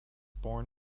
born